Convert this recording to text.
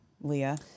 Leah